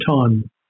time